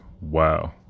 wow